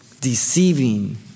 deceiving